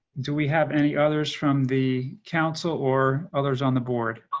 do we have any others from the council or others on the board.